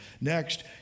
Next